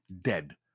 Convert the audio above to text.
dead